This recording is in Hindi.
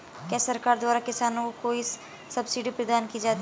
क्या सरकार द्वारा किसानों को कोई सब्सिडी प्रदान की जाती है?